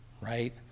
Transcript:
right